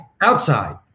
outside